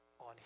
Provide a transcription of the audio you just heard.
on